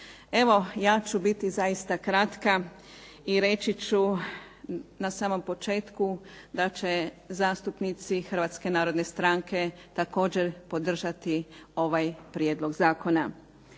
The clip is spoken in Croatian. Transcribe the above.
Evo ja ću biti zaista kratka i reći ću na samom početku da će zastupnici Hrvatske narodne stranke također podržati ovaj prijedlog zakona.